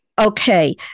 okay